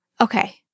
Okay